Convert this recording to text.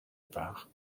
part